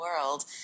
world